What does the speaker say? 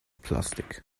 plastik